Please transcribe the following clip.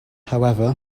however